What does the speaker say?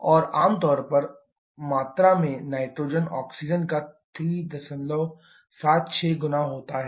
और आम तौर पर मात्रा में नाइट्रोजन ऑक्सीजन का 376 गुना होता है